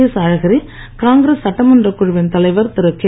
S Alagiri Congress சட்டமன்றக் குழுவின் தலைவர் திருகே